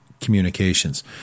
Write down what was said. communications